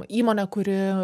įmonė kuri